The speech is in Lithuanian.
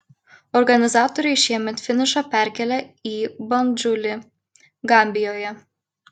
organizatoriai šiemet finišą perkėlė į bandžulį gambijoje